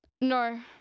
No